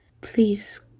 please